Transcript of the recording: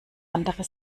andere